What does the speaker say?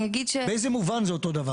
באיזה מובן זה אותו דבר?